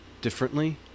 differently